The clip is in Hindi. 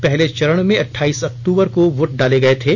पहले चरण में अट्ठाइस अक्तूबर को वोट डाले गए थे